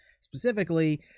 specifically